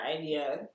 idea